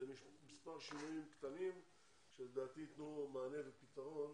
זה מספר שינויים קטנים שלדעתי ייתנו מענה ופתרון